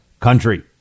country